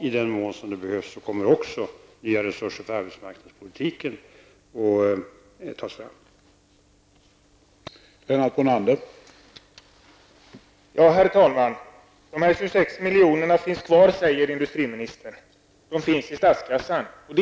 I den mån det behövs kommer ytterligare resurser för arbetsmarknadspolitiken att tas fram.